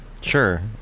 Sure